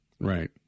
Right